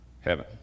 heaven